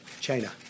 China